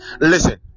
listen